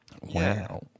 Wow